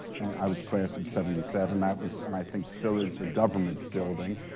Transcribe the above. and i was class of seventy seven, that was, and i think still is, the government building,